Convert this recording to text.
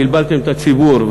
בלבלתן את הציבור,